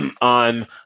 On